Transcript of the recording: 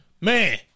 Man